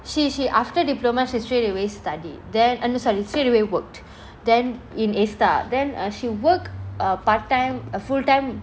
she she after diploma she straight away study then eh no sorry straight away worked then in Astar then uh she work part time uh full time